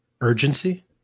urgency